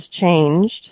changed